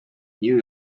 new